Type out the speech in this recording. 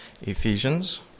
Ephesians